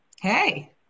Hey